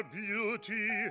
beauty